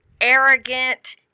arrogant